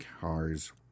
car's